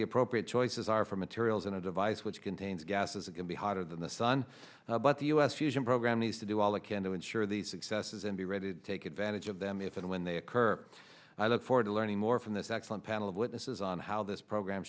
the appropriate choices are for materials in a device which contains gases that can be hotter than the sun but the us fusion program needs to do all they can to ensure the successes and be ready to take advantage of them if and when they occur i look forward to learning more from this excellent panel of witnesses on how this program